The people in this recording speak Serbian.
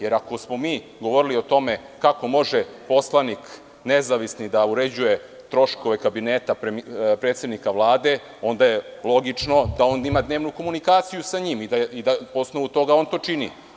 Jer, ako smo mi govorili o tome kako može nezavisni poslanik da uređuje troškove Kabineta predsednika Vlade, onda je logično da on ima dnevnu komunikaciju sa njim i da po osnovu toga on to čini.